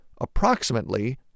approximately